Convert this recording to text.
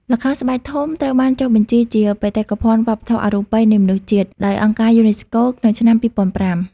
ល្ខោនស្បែកធំ ត្រូវបានចុះបញ្ជីជា បេតិកភណ្ឌវប្បធម៌អរូបីនៃមនុស្សជាតិ ដោយអង្គការយូណេស្កូ ក្នុងឆ្នាំ ២០០៥